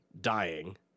dying